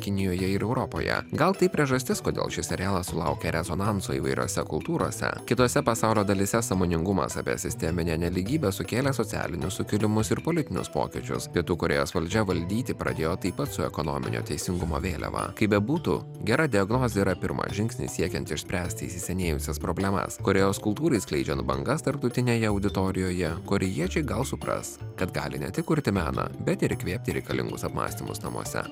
kinijoje ir europoje gal tai priežastis kodėl šis serialas sulaukė rezonanso įvairiose kultūrose kitose pasaulio dalyse sąmoningumas apie sisteminę nelygybę sukėlė socialinius sukilimus ir politinius pokyčius pietų korėjos valdžia valdyti pradėjo taip pat su ekonominio teisingumo vėliava kaip bebūtų gera diagnozė yra pirmas žingsnis siekiant išspręsti įsisenėjusias problemas korėjos kultūrai skleidžiant bangas tarptautinėje auditorijoje korėjiečiai gal supras kad gali ne tik kurti meną bet ir įkvėpti reikalingus apmąstymus namuose